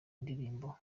ndirimbo